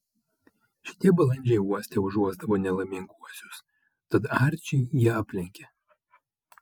šitie balandžiai uoste užuosdavo nelaiminguosius tad arčį jie aplenkė